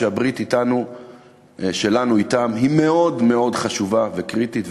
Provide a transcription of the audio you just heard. שהברית שלנו אתם היא מאוד מאוד חשובה וקריטית,